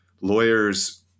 lawyers